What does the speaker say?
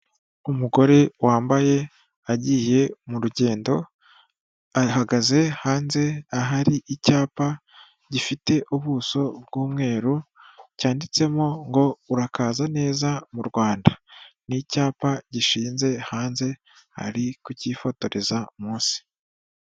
Umugore wambaye agiye mu rugendo ahagaze hanze ahari icyapa gifite ubuso bw'umweru cyanditsemo ngo urakaza neza mu Rwanda, ni icyapa gishinze hanze ari kuyifotoreza munsi.